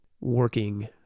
working